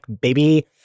baby